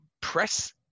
press